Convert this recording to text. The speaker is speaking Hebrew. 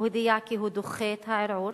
הוא הודיע כי הוא דוחה את הערעור